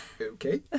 okay